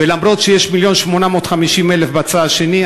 ואף שיש 1.85 מיליון בצד השני,